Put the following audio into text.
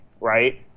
right